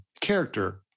character